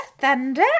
thunder